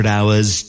Hours